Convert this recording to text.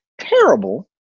terrible